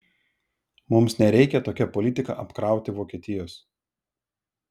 mums nereikia tokia politika apkrauti vokietijos